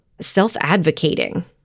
self-advocating